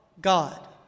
God